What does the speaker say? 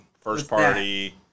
first-party